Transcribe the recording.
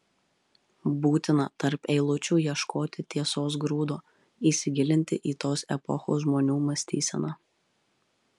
būtina tarp eilučių ieškoti tiesos grūdo įsigilinti į tos epochos žmonių mąstyseną